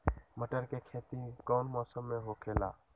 मटर के खेती कौन मौसम में होखेला?